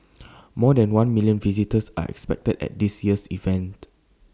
more than one million visitors are expected at this year's event